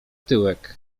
tyłek